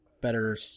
better